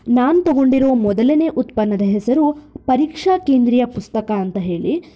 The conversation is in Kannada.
ನಾನು ತಗೊಂಡಿರೋ ಮೊದಲನೆಯ ಉತ್ಪನ್ನದ ಹೆಸರು ಪರೀಕ್ಷಾ ಕೇಂದ್ರೀಯ ಪುಸ್ತಕ ಅಂತ ಹೇಳಿ